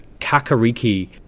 kakariki